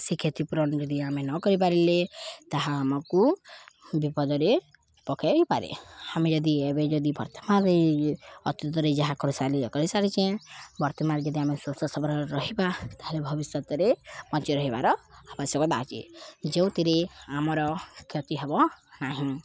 ସେ କ୍ଷତି ପୂରଣ ଯଦି ଆମେ ନ କରିପାରିଲେ ତାହା ଆମକୁ ବିପଦରେ ପକାଇ ପାରେ ଆମେ ଯଦି ଏବେ ଯଦି ବର୍ତ୍ତମାନରେ ଅତୀତରେ ଯାହା କରିସାରିଲ କରିସାରଛେଁ ବର୍ତ୍ତମାନରେ ଯଦି ଆମେ ସ୍ୱଚ୍ଛ ସବରରେ ରହିବା ତାହେଲେ ଭବିଷ୍ୟତରେ ବଞ୍ଚି ରହିବାର ଆବଶ୍ୟକତା ଅଛି ଯେଉଁଥିରେ ଆମର କ୍ଷତି ହେବ ନାହିଁ